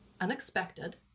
unexpected